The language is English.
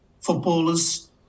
footballers